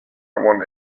want